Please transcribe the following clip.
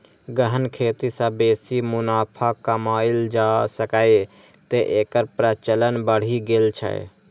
गहन खेती सं बेसी मुनाफा कमाएल जा सकैए, तें एकर प्रचलन बढ़ि गेल छै